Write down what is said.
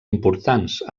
importants